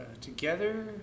together